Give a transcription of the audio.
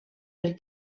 dels